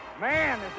Man